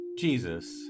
Jesus